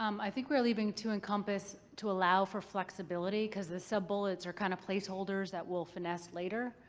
um i think we're leaving to encompass to allow for flexibility, because the sub-bullets are kind of placeholders that we'll finesse later.